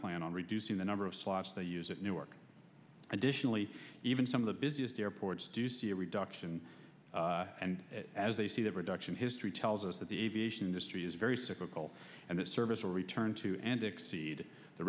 plan on reducing the number of slots they use at newark additionally even some of the busiest airports do see a reduction as they see that reduction history tells us that the aviation industry is very cyclical and the service will return to and exceed the